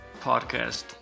podcast